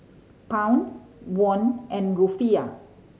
Pound Won and Rufiyaa